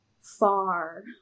far